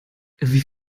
wie